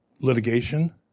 litigation